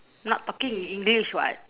not talking in english [what]